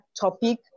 topic